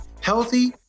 healthy